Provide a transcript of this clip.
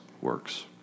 works